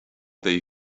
they